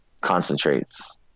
concentrates